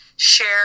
share